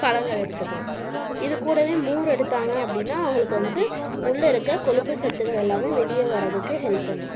பழங்கள் எடுத்துக்கணும் இது கூடவே மோர் எடுத்தாங்க அப்படீன்னா அவங்களுக்கு வந்து உள்ளே இருக்க கொழுப்பு சத்துகள் எல்லாம் வெளியே வர்றதுக்கு ஹெல்ப் பண்ணும்